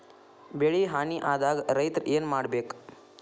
ಬೆಳಿ ಹಾನಿ ಆದಾಗ ರೈತ್ರ ಏನ್ ಮಾಡ್ಬೇಕ್?